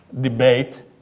debate